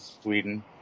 Sweden